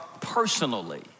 personally